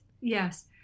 yes